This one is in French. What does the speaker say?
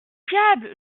diable